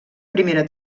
primera